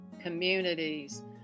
communities